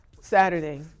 Saturday